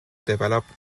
develop